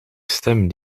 stem